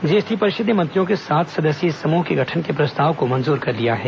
GST परिषद ने मंत्रियों के सात सदस्यीय समूह के गठन के प्रस्ताव को मंजूर कर लिया है